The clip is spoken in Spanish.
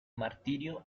martirio